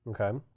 Okay